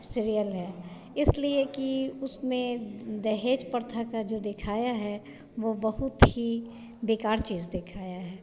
serial है इसलिए कि उसमें दहेज प्रथा का जो दिखाया है वह बहुत ही बेकार चीज़ दिखाया है